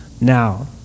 now